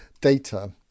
data